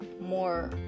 more